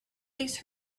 these